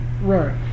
right